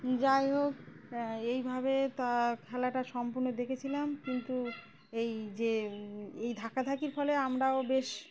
যাই হোক এইভাবে তা খেলাটা সম্পূর্ণ দেখেছিলাম কিন্তু এই যে এই ধাক্কাধাকির ফলে আমরাও বেশ